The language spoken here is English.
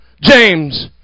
James